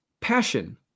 Passion